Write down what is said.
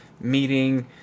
meeting